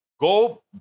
Go